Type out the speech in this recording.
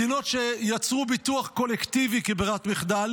מדינות שיצרו ביטוח קולקטיבי כברירת מחדל